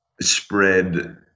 spread